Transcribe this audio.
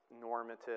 normative